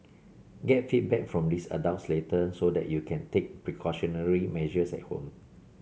get feedback from these adults later so that you can take precautionary measures at home